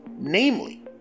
namely